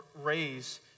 raise